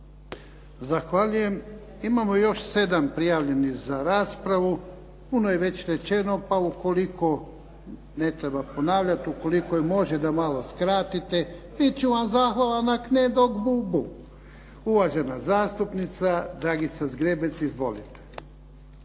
Zahvaljujem. Imamo još 7 prijavljenih za raspravu. Puno je već rečeno pa ukoliko ne treba ponavljati, ukoliko može da malo skratite bit ću vam zahvalan. Ak ne dok bu, bu. Uvažena zastupnica Dragica Zgrebec. Izvolite.